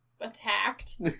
attacked